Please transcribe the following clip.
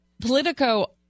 Politico